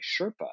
Sherpa